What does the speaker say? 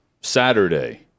Saturday